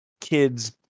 kid's